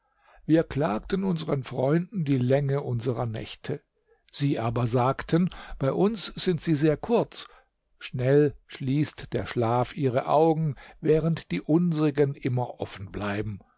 wir klagten unsern freunden die länge unserer nächte sie aber sagten bei uns sind sie sehr kurz schnell schließt der schlaf ihre augen während die unsrigen immer offen bleiben